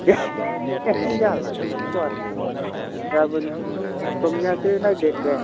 जाल्लासो लै गाबोन सबनिहाफोर नायदो दे